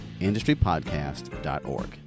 industrypodcast.org